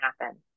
happen